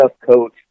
coach